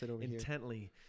intently